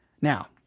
Now